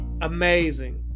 amazing